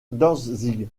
dantzig